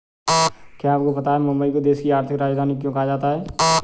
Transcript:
क्या आपको पता है मुंबई को देश की आर्थिक राजधानी क्यों कहा जाता है?